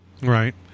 Right